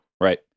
Right